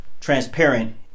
transparent